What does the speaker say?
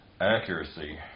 accuracy